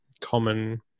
common